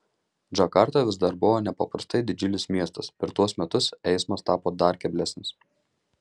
džakarta vis dar buvo nepaprastai didžiulis miestas per tuos metus eismas tapo dar keblesnis